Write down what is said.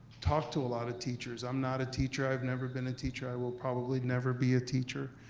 talk to a lot of teachers. i'm not a teacher, i've never been a teacher, i will probably never be a teacher